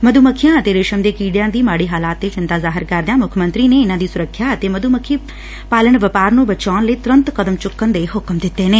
ਮਧੁ ਮੱਖੀਆਂ ਅਤੇ ਰੇਸ਼ਮ ਦੇ ਕੀਤਿਆਂ ਦੀ ਮਾਤੀ ਹਾਲਤ ਤੇ ਚਿੰਤਾ ਜਾਹਿਰ ਕਰਦਿਆਂ ਮੁੱਖ ਮੰਤਰੀ ਨੇ ਇਨ੍ਹਾਂ ਦੀ ਸੁਰੱਖਿਆ ਅਤੇ ਮਧੂ ਮੱਖੀ ਪਾਲਣ ਵਪਾਰ ਨੂੰ ਬਚਾਊਣ ਲਈ ਤੁਰੰਤ ਕਦਮ ਚੂੱਕਣ ਦੇ ਹੁਕਮ ਦਿੱਤੇ ਨੇ